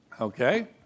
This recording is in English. Okay